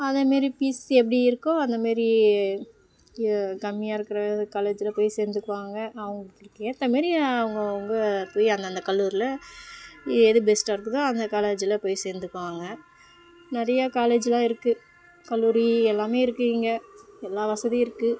அதே மாரி பீஸ் எப்படி இருக்கோ அந்த மாரி கம்மியாக இருக்கிற காலேஜ்ஜில் போய் சேர்ந்துக்குவாங்க அவங்களுக்கு ஏற்ற மாரி அவுங்கவங்க போய் அந்தந்த கல்லூரியில் எது பெஸ்ட்டாக இருக்குதோ அந்த காலேஜ்ஜில் போய் சேர்ந்துக்குவாங்க நிறையா காலேஜ்லெல்லாம் இருக்குது கல்லூரி எல்லாமே இருக்குது இங்கே எல்லா வசதியும் இருக்குது